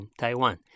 Taiwan